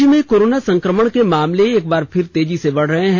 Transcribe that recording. राज्य में कोरोना संकमण के मामले एक बार फिर तेजी से बढ रहे हैं